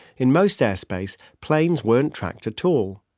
in most airspace, planes weren't tracked at all.